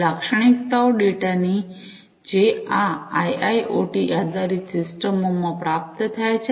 લાક્ષણિકતાઓ ડેટાની જે આ આઈઆઈઑટી આધારિત સિસ્ટમો માં પ્રાપ્ત થાય છે